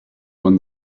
when